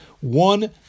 One